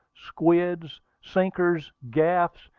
squids, sinkers, gaffs,